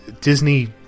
Disney